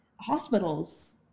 hospitals